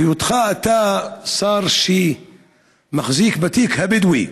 בהיותך שר שמחזיק בתיק הבדואי